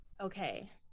Okay